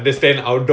oh